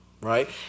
right